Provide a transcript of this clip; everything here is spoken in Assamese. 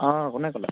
অঁ কোনে ক'লে